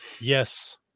Yes